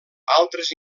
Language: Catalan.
altres